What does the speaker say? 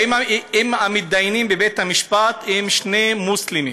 אם המתדיינים בבית המשפט הם שני מוסלמים,